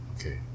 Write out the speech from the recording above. Okay